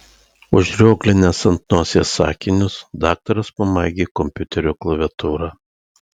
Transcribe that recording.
užrioglinęs ant nosies akinius daktaras pamaigė kompiuterio klaviatūrą